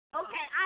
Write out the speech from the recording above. okay